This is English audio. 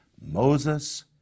Moses